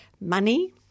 money